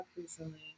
Recently